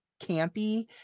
campy